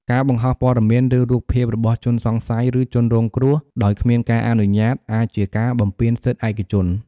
ការបង្ហោះព័ត៌មាន ឬ រូបភាព របស់ ជនសង្ស័យ ឬ ជនរងគ្រោះ ដោយ គ្មានការអនុញ្ញាត អាចជា ការបំពានសិទ្ធិឯកជន។